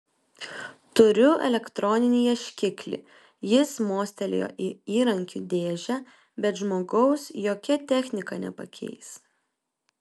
turiu elektroninį ieškiklį jis mostelėjo į įrankių dėžę bet žmogaus jokia technika nepakeis